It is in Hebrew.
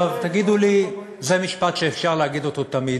תגידו לי: זה משפט שאפשר להגיד אותו תמיד.